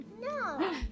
no